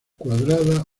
cuadrada